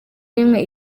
rimwe